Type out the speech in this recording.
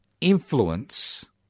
influence